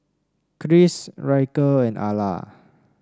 Kris Ryker and Ala